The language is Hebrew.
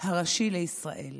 הראשי לישראל.